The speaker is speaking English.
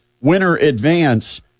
winner-advance